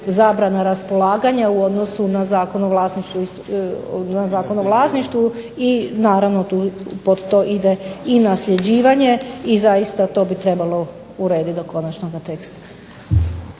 zabrana raspolaganja u odnosu na Zakon o vlasništvu i naravno pod to ide i nasljeđivanje i zaista to bi trebalo urediti do konačnog teksta.